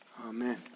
Amen